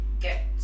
get